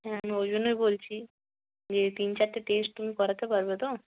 হ্যাঁ আমি ওই জন্যই বলছি যে তিন চারটে টেস্ট তুমি করাতে পারবে তো